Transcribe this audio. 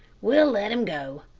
we'll let him go.